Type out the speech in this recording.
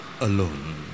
alone